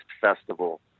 festival